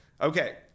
Okay